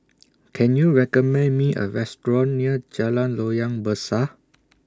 Can YOU recommend Me A Restaurant near Jalan Loyang Besar